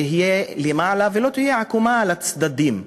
תהיה למעלה, ולא תהיה עקומה, לצדדים.